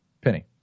Penny